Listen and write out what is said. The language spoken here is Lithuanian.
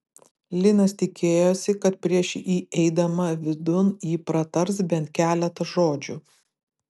linas tikėjosi kad prieš įeidama vidun ji pratars bent keletą žodžių